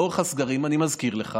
לאורך הסגרים, אני מזכיר לך